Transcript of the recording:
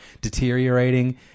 deteriorating